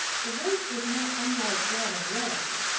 the voice was not unlike that of redeye,